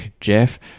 Jeff